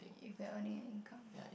if we're earning an income